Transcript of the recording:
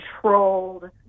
controlled